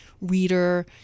reader